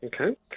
Okay